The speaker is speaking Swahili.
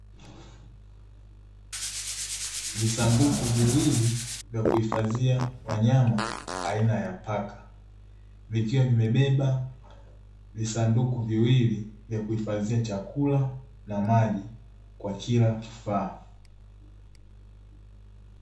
Visanduku viwili vya kuhifadhia wanyama aina ya paka vikiwa vimebeba visanduku viwili vya kuhifadhia chakula na maji kwa kila kifaa.